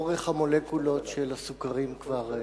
אורך המולקולות של הסוכרים כבר,